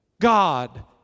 God